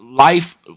Life